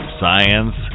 science